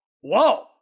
whoa